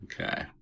Okay